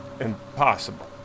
Impossible